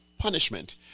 punishment